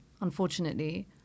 unfortunately